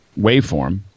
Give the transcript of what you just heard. waveform